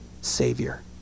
Savior